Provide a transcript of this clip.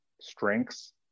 strengths